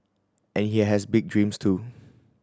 and he has big dreams too